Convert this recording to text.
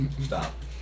stop